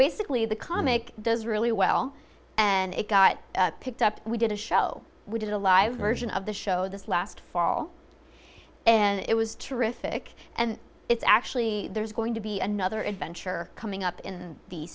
basically the comic does really well and it got picked up we did a show we did a live version of the show this last fall and it was terrific and it's actually there's going to be another adventure coming up in the